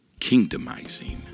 Kingdomizing